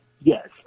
yes